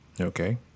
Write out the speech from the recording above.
Okay